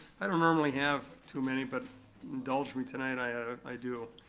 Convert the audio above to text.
i don't normally have too many, but indulge me tonight, i i do.